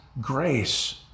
Grace